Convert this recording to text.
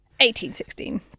1816